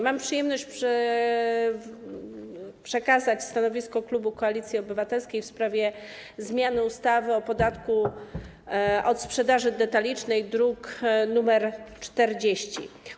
Mam przyjemność przekazać stanowisko klubu Koalicji Obywatelskiej wobec projektu zmiany ustawy o podatku od sprzedaży detalicznej, druk nr 40.